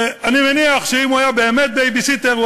אני מניח שאם הוא היה באמת בייביסיטר הוא